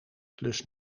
plus